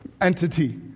entity